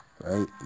Right